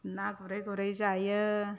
ना गुरै गुरै जायो